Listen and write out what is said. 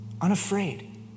unafraid